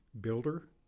builder